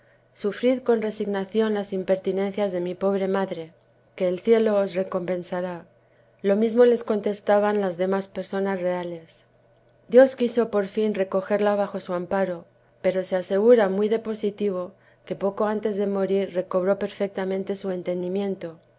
sufrid con resignacion las impertinencias de mi pobre madre que el cielo os recompensará lo mismo les contestaban las demas personas reales dios quiso por fin recogerla bajo su amparo pero se asegura muy de positivo que poco antes de morir recobró perfectamente su entendimiento